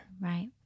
Right